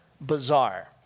bizarre